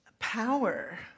Power